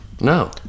No